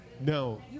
No